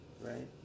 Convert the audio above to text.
right